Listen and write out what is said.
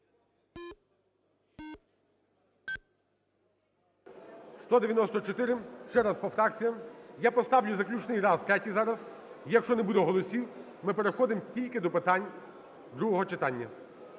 194. Ще раз по фракціям. Я поставлю заключний раз, третій зараз. Якщо не буде голосів, ми переходимо тільки до питань другого читання